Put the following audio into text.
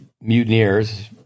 mutineers